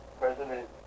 President